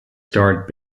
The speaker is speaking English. starred